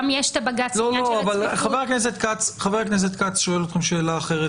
יש גם את הבג"ץ בעניין הצפיפות --- חה"כ כץ שואל אתכם שאלה אחרת.